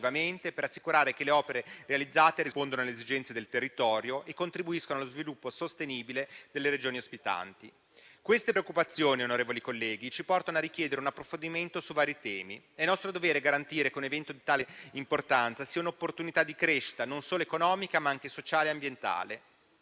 per assicurare che le opere realizzate rispondano alle esigenze del territorio e contribuiscano allo sviluppo sostenibile delle Regioni ospitanti. Queste preoccupazioni, onorevoli colleghi, ci portano a richiedere un approfondimento su vari temi. È nostro dovere garantire che un evento di tale importanza sia un'opportunità di crescita non solo economica, ma anche sociale e ambientale.